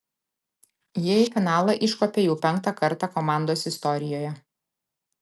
jie į finalą iškopė jau penktą kartą komandos istorijoje